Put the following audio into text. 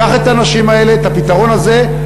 קח את האנשים האלה, את הפתרון הזה.